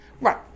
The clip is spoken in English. Right